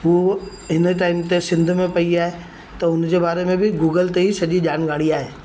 हू हिन टाइम ते सिंध में पइ आहे त हुन जे बारे में बि गूगल ते ई सॼी जानकारी आहे